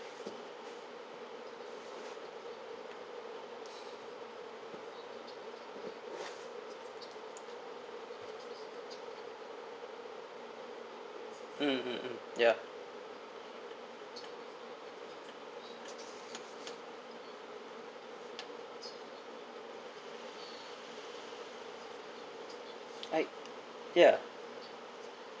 mm mm mm ya like ya